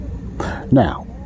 Now